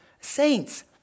Saints